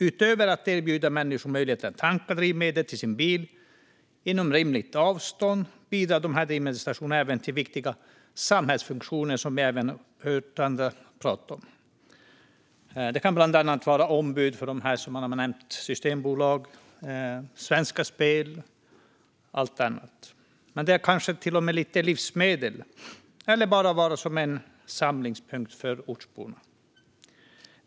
Utöver att erbjuda människor möjlighet att tanka drivmedel till sin bil inom rimligt avstånd bidrar dessa drivmedelsstationer även till viktiga samhällsfunktioner, som vi har hört andra prata om. De kan bland annat vara ombud för Systembolaget, Svenska Spel och annat. De har kanske till och med lite livsmedel. Eller också är de bara en samlingspunkt för ortsborna.